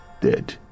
dead